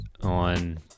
on